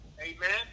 amen